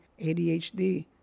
ADHD